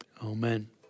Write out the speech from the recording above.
Amen